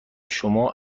شما